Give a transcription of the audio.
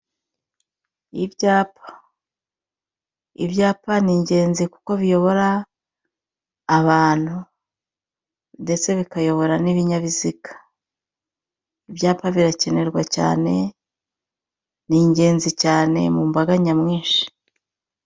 Ibyapa: ibyapa n'ingenzi kuko biyobora abantu ndetse bikayobora n'ibinyabiziga, ibyapa birakenerwa cyane n'ingenzi cyane mu mbaga nyamwinshi.